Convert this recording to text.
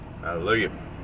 Hallelujah